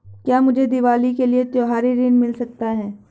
क्या मुझे दीवाली के लिए त्यौहारी ऋण मिल सकता है?